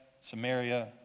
Samaria